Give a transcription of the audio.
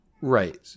right